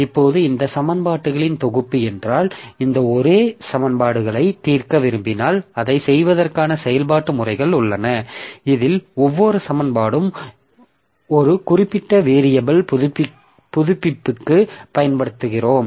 இப்போது இந்த சமன்பாடுகளின் தொகுப்பு என்றால் இந்த ஒரே சமன்பாடுகளை தீர்க்க விரும்பினால் அதைச் செய்வதற்கான செயல்பாட்டு முறைகள் உள்ளன இதில் ஒவ்வொரு சமன்பாடும் ஒரு குறிப்பிட்ட வேரியபில் புதுப்பிப்புக்கு பயன்படுத்துகிறோம்